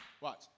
Watch